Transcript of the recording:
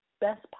Best